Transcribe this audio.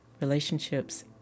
relationships